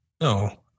No